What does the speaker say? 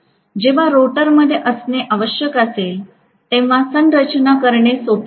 जेव्हा रोटरमध्ये असणे आवश्यक असेल तेव्हा संरचना करणे सोपे नाही